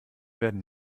werden